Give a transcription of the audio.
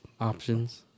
Options